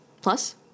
Plus